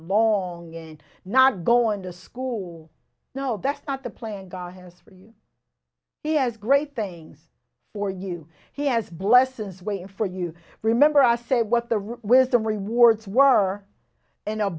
long and not going to school no that's not the plan god has for you he has great things for you he has blesses waiting for you remember i say what the real wisdom rewards were an a